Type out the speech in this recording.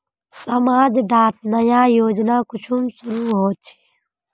समाज डात नया योजना कुंसम शुरू होछै?